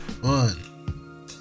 one